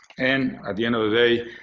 and at the end of the day,